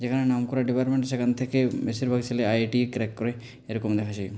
যেখানে নাম করা ডিপার্টমেন্ট সেখান থেকে বেশিরভাগ ছেলেই আইআইটি ক্র্যাক করে এরকম দেখা যায়